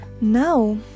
Now